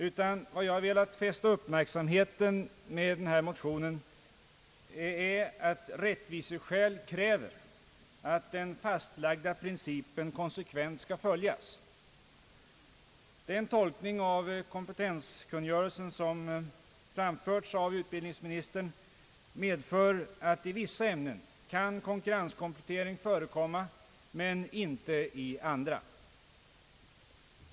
Vad jag har velat fästa uppmärksamheten på med denna motion är att rättviseskäl kräver, att den fastlagda principen konsekvent skall följas. Den tolkning av kompetenskungörelsen som har framförts av utbildningsministern medför att konkurrenskomplettering kan förekomma i vissa ämnen men inte i andra.